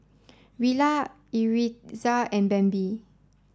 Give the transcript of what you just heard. Rilla Yaritza and Bambi